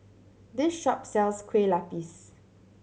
this shop sells Kueh Lapis